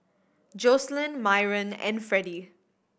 Jocelynn Myron and Freddy